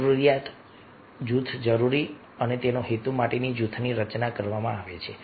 જરૂરિયાત જૂથ જરૂરી છે અને તે હેતુ માટે જૂથની રચના કરવામાં આવે છે